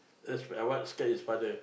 that's I what scared his father